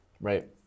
Right